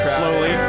slowly